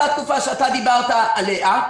אותה תקופה שאתה דיברת עליה,